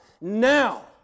now